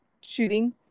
shooting